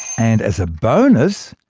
and as a bonus,